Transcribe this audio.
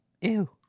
Ew